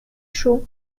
chauds